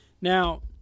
Now